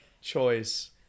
choice